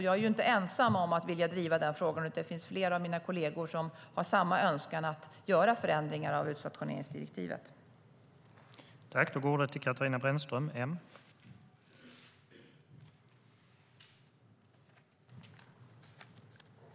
Jag är inte ensam om att vilja driva den frågan, utan flera av mina kolleger har samma önskan att göra förändringar av utstationeringsdirektivet.